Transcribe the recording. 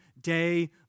day